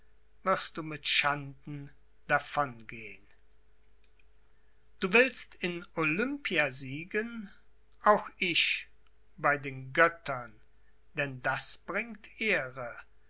wirst du mit schanden davon gehen du willst in olympia siegen auch ich bei den göttern denn das bringt ehre